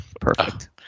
perfect